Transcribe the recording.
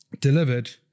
delivered